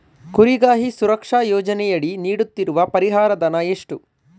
ಕುರಿಗಾಹಿ ಸುರಕ್ಷಾ ಯೋಜನೆಯಡಿ ನೀಡುತ್ತಿರುವ ಪರಿಹಾರ ಧನ ಎಷ್ಟು?